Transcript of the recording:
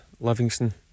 Livingston